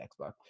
Xbox